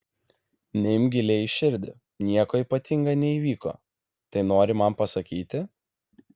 neimk giliai į širdį nieko ypatinga neįvyko tai nori man pasakyti